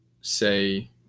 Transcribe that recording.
say